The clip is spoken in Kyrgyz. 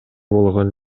болгон